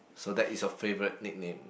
so that is your favorite nickname